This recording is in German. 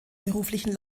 beruflichen